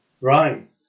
Right